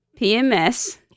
pms